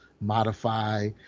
modify